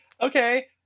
okay